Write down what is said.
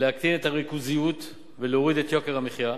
להקטין את הריכוזיות ולהוריד את יוקר המחיה.